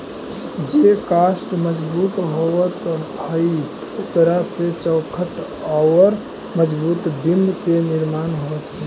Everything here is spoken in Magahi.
जे काष्ठ मजबूत होवऽ हई, ओकरा से चौखट औउर मजबूत बिम्ब के निर्माण होवऽ हई